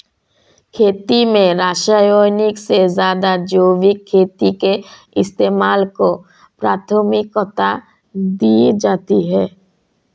खेती में रासायनिक से ज़्यादा जैविक खेती के इस्तेमाल को प्राथमिकता दी जाती है